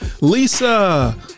Lisa